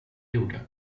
gjorde